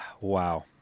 Wow